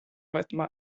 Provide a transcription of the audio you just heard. võtma